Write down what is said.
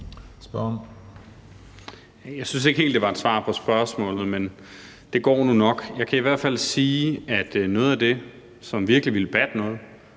Jeg synes ikke helt, det var et svar på spørgsmålet, men det går nu nok. Jeg kan i hvert fald sige, at noget af det, som virkelig ville batte,